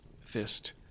fist